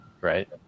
right